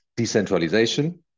decentralization